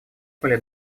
были